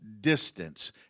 distance